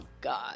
God